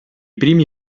primi